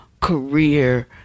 career